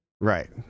Right